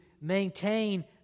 maintain